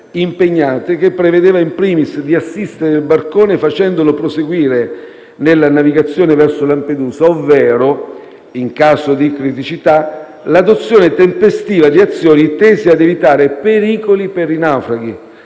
impegnate, che prevedeva, *in primis*, di assistere il barcone facendolo proseguire nella navigazione verso Lampedusa ovvero, in caso di criticità, l'adozione tempestiva di azioni tese ad evitare pericoli per i naufraghi,